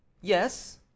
yes